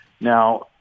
Now